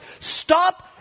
Stop